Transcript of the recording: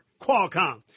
Qualcomm